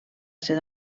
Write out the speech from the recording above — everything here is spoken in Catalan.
ser